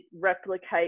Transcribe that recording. replicate